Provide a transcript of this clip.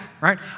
right